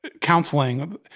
counseling